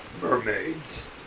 Mermaids